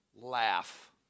Laugh